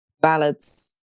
ballads